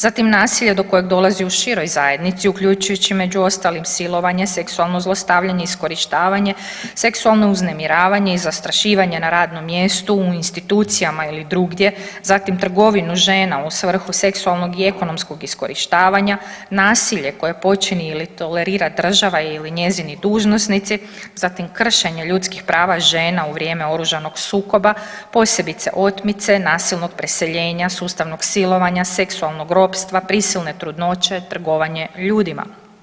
Zatim nasilje do kojeg dolazi u široj zajednici uključujući među ostalim silovanje, seksualno zlostavljanje, iskorištavanje, seksualno uznemiravanje i zastrašivanje na radnom mjestu, u institucijama ili drugdje, zatim trgovinu žena u svrhu seksualnog i ekonomskog iskorištavanja, nasilje koje počini ili tolerira država ili njezini dužnosnici, zatim kršenje ljudskih prava žena u vrijeme oružanog sukoba posebice otmice, nasilnog preseljenja, sustavnog silovanja, seksualnog ropstva, prisilne trudnoće, trgovanje ljudima.